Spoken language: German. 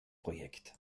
projekt